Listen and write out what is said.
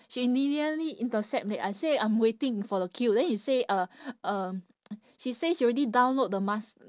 she immediately intercept that I say I'm waiting for the queue then she say uh um she say she already download the mas~